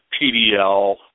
PDL